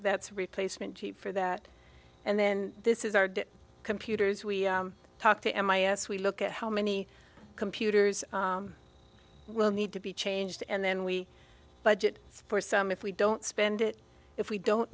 that's replacement for that and then this is our computers we talk to m i a s we look at how many computers will need to be changed and then we budget for some if we don't spend it if we don't